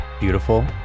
beautiful